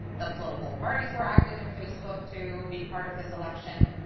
the political parties were active in facebook to be part of this election.